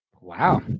Wow